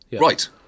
Right